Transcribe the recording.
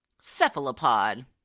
cephalopod